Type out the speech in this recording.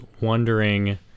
wondering